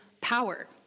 power